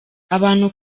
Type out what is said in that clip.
abantu